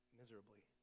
miserably